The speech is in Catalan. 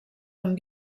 amb